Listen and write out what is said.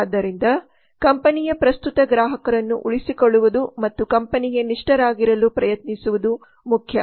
ಆದ್ದರಿಂದ ಕಂಪನಿಯ ಪ್ರಸ್ತುತ ಗ್ರಾಹಕರನ್ನು ಉಳಿಸಿಕೊಳ್ಳುವುದು ಮತ್ತು ಕಂಪನಿಗೆ ನಿಷ್ಠರಾಗಿರಲು ಪ್ರಯತ್ನಿಸುವುದು ಮುಖ್ಯ